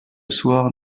soir